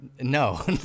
No